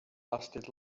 lasted